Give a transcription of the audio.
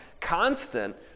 constant